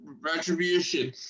Retribution